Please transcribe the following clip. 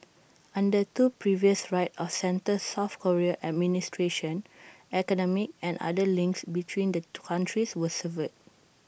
under two previous right of centre south Korean administrations economic and other links between the countries were severed